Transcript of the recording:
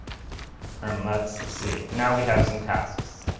and let's see. now we have some tasks.